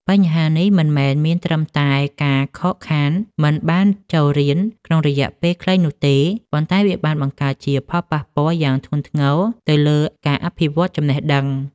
បញ្ហានេះមិនមែនមានត្រឹមតែការខកខានមិនបានចូលរៀនក្នុងរយៈពេលខ្លីនោះទេ ប៉ុន្តែវាបានបង្កើតជាផលប៉ះពាល់យ៉ាងធ្ងន់ធ្ងរទៅលើការអភិវឌ្ឍចំណេះដឹង។